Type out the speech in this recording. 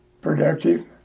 Productive